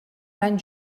van